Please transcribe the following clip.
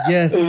Yes